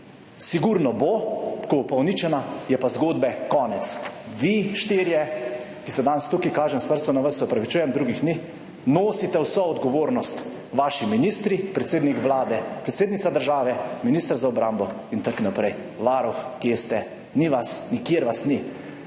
sigurno bo, ko bo pa uničena, je pa zgodbe konec. Vi štirje, ki ste danes tukaj, kažem s prstom na vas, se opravičujem, drugih ni, nosite vso odgovornost, vaši ministri, predsednik Vlade, predsednica države, minister za obrambo in tako naprej. Varuh kje ste? Ni vas, nikjer vas ni,